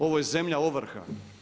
Ovo je zemlja ovrha.